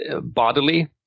bodily